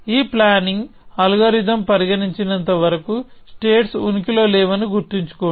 ఈ planning algorithm పరిగణించినంత వరకు స్టేట్స్ ఉనికిలో లేవని గుర్తుంచుకోండి